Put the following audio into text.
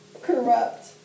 corrupt